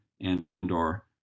and/or